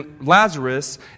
Lazarus